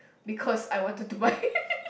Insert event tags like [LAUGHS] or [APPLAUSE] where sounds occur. because I wanted to buy [LAUGHS]